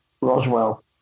Roswell